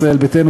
ישראל ביתנו,